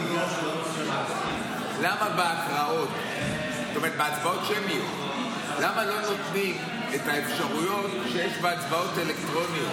זאת אומרת בהצבעות שמיות לא נותנים אפשרויות שיש בהצבעות אלקטרוניות.